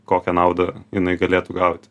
kokią naudą jinai galėtų gauti